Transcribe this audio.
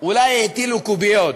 אולי הטילו קוביות